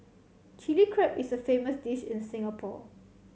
Chilli Crab is a famous dish in Singapore